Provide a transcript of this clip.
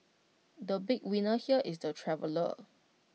the big winner here is the traveller